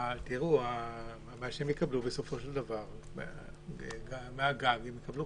תראו, הדיירים יקבלו בסופו של דבר כסף מהגג.